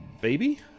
baby